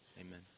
Amen